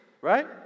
right